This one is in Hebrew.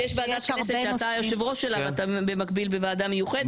שיש ועדת כנסת שאתה היושב ראש שלה ואתה במקביל בוועדה מיוחדת.